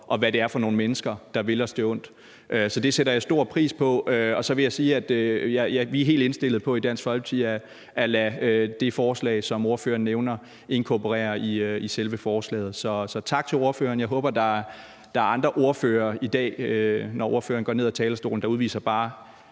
og hvad det er for nogle mennesker, der vil os det ondt. Så det sætter jeg stor pris på. Så vil jeg sige, at vi i Dansk Folkeparti er helt indstillet på at lade det forslag, som ordføreren nævner, inkorporere i selve forslaget. Så tak til ordføreren. Jeg håber, der er andre ordførere, der, når ordføreren går ned fra talerstolen, udviser bare